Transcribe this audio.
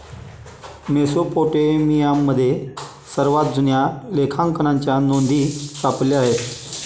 मेसोपोटेमियामध्ये सर्वात जुन्या लेखांकनाच्या नोंदी सापडल्या आहेत